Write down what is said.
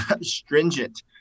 stringent